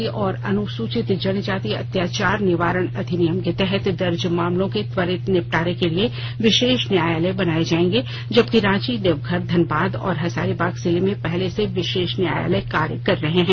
राज्य के बीस जिलों में अनुसूचित जाति और अनुसूचित जनजाति अत्याचार निवारण अधिनियम के तहत दर्ज मामलों के त्वरित निपटारे के लिए विशेष न्यायलय बनाए जाएंगे जबकि रांची देवघर धनबाद और हजारीबाग जिले में पहले से विशेष न्यायलय कार्य कर रहे हैं